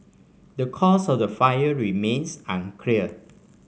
the cause of the fire remains unclear